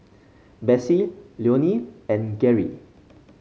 Bessie Leonel and Geri